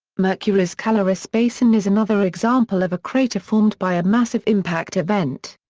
mercury's caloris basin is another example of a crater formed by a massive impact event.